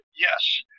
yes